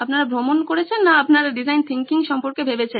আপনারা ভ্রমণ করেছেন না আপনারা ডিজাইন থিংকিং সম্পর্কে ভেবেছেন